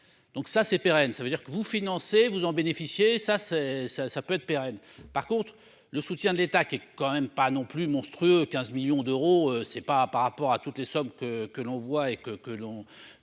Donc ça c'est pérenne. Ça veut dire que vous financez vous en bénéficier. Ça c'est, ça ça peut être pérenne. Par contre le soutien de l'État qui est quand même pas non plus monstrueux 15 millions d'euros, c'est pas par rapport à toutes les sommes que que l'on voit et que,